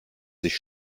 sich